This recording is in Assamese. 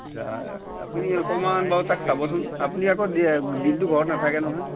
আপুনি অকণমান বাৰু তাক চাবচোন আপুনি আকৌ দিনটো ঘৰত নাথাকে নহয়